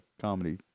comedy